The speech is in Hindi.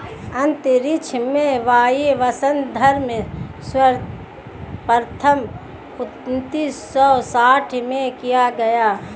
अंतरिक्ष में वायवसंवर्धन सर्वप्रथम उन्नीस सौ साठ में किया गया